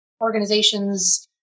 organizations